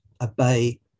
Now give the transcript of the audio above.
obey